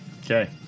Okay